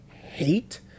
hate